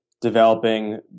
developing